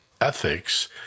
ethics